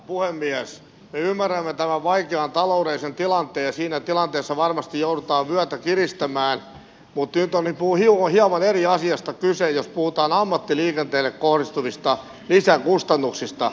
me ymmärrämme tämän vaikean taloudellisen tilanteen ja siinä tilanteessa varmasti joudutaan vyötä kiristämään mutta nyt on hieman eri asiasta kyse jos puhutaan ammattiliikenteeseen kohdistuvista lisäkustannuksista